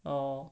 orh